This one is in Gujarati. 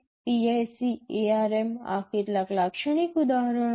PIC ARM આ કેટલાક લાક્ષણિક ઉદાહરણો છે